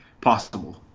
possible